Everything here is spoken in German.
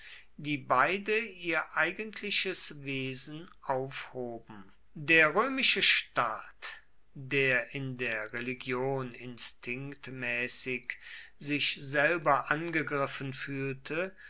die beide ihr eigentliches wesen aufhoben der römische staat der in der religion instinktmäßig sich selber angegriffen fühlte